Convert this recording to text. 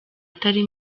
atari